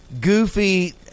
goofy